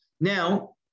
Now